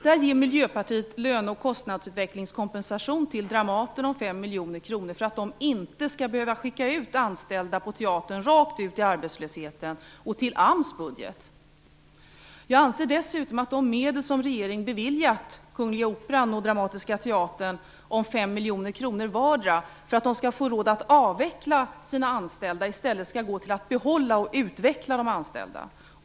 Där ger Miljöpartiet löne och kostnadsutvecklingskompensation till Dramaten om 5 miljoner kronor för att man inte skall behöva skicka anställda på teatern rakt ut i arbetslösheten och därmed belasta AMS budget. Jag anser dessutom att de medel som regeringen har beviljat Kungliga Operan och Dramatiska Teatern om 5 miljoner kronor vardera för att de skall få råd att avveckla sina anställda i stället skall gå till att behålla och utveckla de anställda.